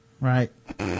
right